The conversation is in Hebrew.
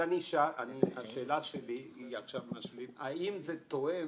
השאלה שלי, האם זה תואם